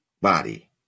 body